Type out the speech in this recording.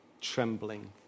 trembling